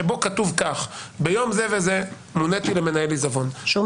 שבו כתוב כך: "ביום זה וזה מוניתי למנהל עיזבון.